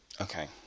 Okay